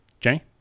jenny